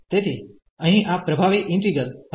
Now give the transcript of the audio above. તેથી અહીં આ પ્રભાવી ઈન્ટિગ્રલ હતું